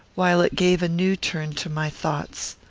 while it gave a new turn to my thoughts.